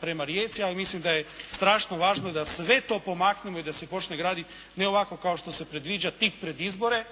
prema Rijeci, ali mislim da je strašno važno da sve to pomaknemo i da se počne gradit ne ovako kao što se predviđa tik pred izbore,